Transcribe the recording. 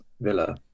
Villa